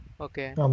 Okay